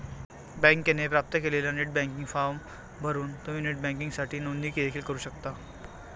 बँकेने प्राप्त केलेला नेट बँकिंग फॉर्म भरून तुम्ही नेट बँकिंगसाठी नोंदणी देखील करू शकता